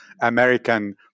American